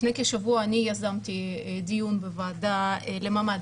לפני כשבוע אני יזמתי דיון בוועדה למעמד